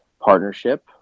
partnership